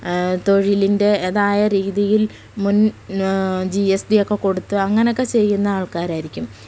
തൊഴിലിൻ്റെതായ രീതിയിൽ മുൻ G S T ഒക്കെ കൊടുത്ത് അങ്ങനൊക്കെ ചെയ്യുന്ന ആൾക്കാരായിരിക്കും